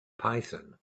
python